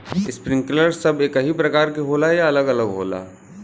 Sprinkler सब एकही प्रकार के होला या अलग अलग होला?